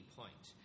point